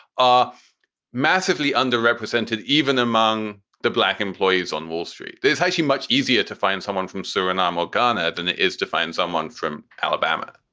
are massively underrepresented even among the black employees on wall street. there's actually much easier to find someone from surinam or ghana than it is to find someone from alabama.